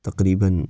تقریباً